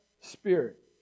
spirit